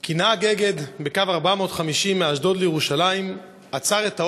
כי נהג אגד בקו 450 מאשדוד לירושלים עצר את האוטובוס,